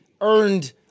earned